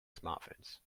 smartphones